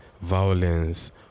violence